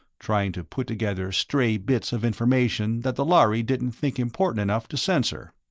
trying to put together stray bits of information that the lhari didn't think important enough to censor.